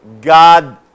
God